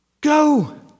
Go